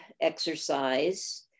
exercise